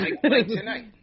Tonight